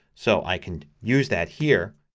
so i can use that here.